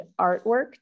artwork